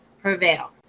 prevail